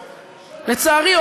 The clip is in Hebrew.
לצערי,